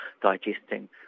digesting